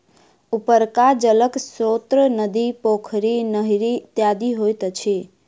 उपरका जलक स्रोत नदी, पोखरि, नहरि इत्यादि होइत अछि